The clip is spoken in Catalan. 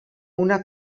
una